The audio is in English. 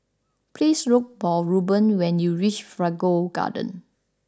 please look for Ruben when you reach Figaro Gardens